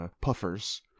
Puffers